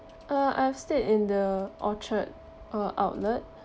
uh I've stayed in the orchard uh outlet